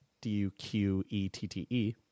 d-u-q-e-t-t-e